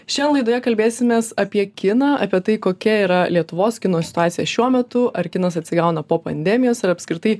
šioje laidoje kalbėsimės apie kiną apie tai kokia yra lietuvos kino situacija šiuo metu ar kinas atsigauna po pandemijos ar apskritai